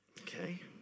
Okay